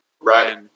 right